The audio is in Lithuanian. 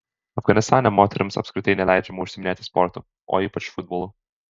afganistane moterims apskritai neleidžiama užsiiminėti sportu o ypač futbolu